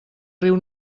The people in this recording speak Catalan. riu